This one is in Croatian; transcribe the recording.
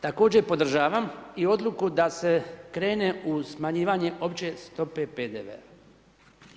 Također podržavam i odluku da se krene u smanjivanje opće stope PDV-a.